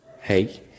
hey